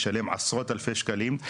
לשלם עשרות אלפי שקלים.